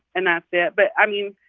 and that's it. but, i mean,